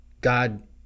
God